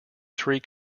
three